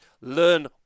learn